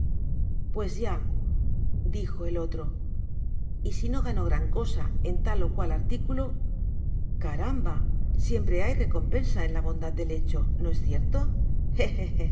pues ya dijo el otro y si no gano gran cosa en tal ó cual articulo caramba siempre hay recompensa en la bondad del hecho no es cierto